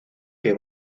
que